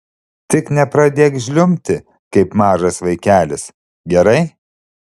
tik nepradėk žliumbti kaip mažas vaikelis gerai